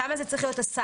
שם זה צריך להיות השר,